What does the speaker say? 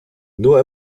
nur